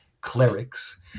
clerics